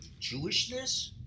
Jewishness